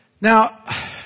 Now